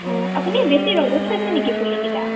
আপুনি বেছি ৰ'দত থৈছে নেকি পুলিকেইটা